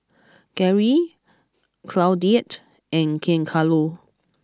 Garry Claudette and Giancarlo